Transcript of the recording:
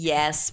Yes